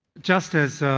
just as,